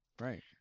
right